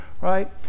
right